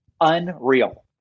unreal